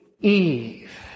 Eve